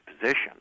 position